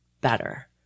better